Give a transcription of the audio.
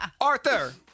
Arthur